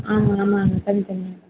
ஆமாம் ஆமாம்ங்க தனி தனியாக